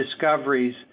discoveries